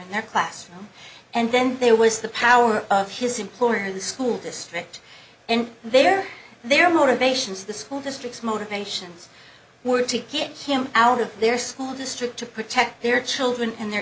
in their class and then there was the power of his employer the school district and there their motivations the school districts motivations were to get him out of their school district to protect their children and their